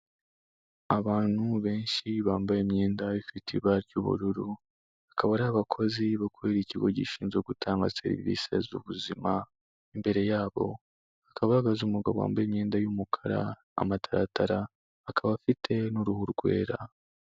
Abantu benshi bambaye imyenda ifite ibara ry'ubururu, akaba ari abakozi bakorera ikigo gishinzwe gutanga serivisi z'ubuzima, imbere yabo hakaba hahagaza umugabo wambaye imyenda y'umukara n', akaba afite n'uruhu rwera.